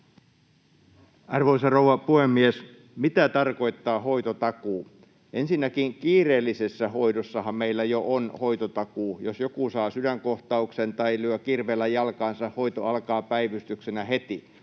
Arvoisa rouva puhemies! Mitä tarkoittaa hoitotakuu? Ensinnäkin kiireellisessä hoidossahan meillä jo on hoitotakuu. Jos joku saa sydänkohtauksen tai lyö kirveellä jalkaansa, hoito alkaa päivystyksenä heti.